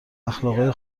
اخلاقای